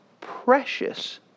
precious